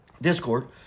Discord